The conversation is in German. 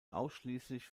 ausschließlich